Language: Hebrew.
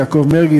יעקב מרגי,